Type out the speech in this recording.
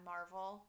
Marvel